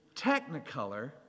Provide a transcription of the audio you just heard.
technicolor